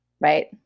Right